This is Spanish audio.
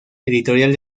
editorial